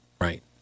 right